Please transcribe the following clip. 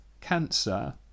cancer